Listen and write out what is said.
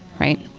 right?